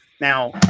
Now